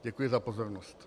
Děkuji za pozornost.